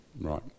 right